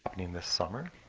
opening this summer.